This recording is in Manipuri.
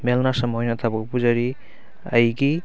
ꯃꯦꯜ ꯅꯔꯁ ꯑꯃ ꯑꯣꯏꯅ ꯊꯕꯛ ꯄꯨꯖꯔꯤ ꯑꯩꯒꯤ